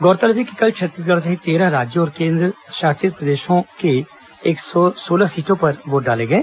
गौरतलब है कि कल छत्तीसगढ़ सहित तेरह राज्यों और दो केंद्रशासित प्रदेशों की एक सौ सोलह सीटों पर वोट डाले गए